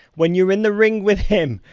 when you're in the ring with him,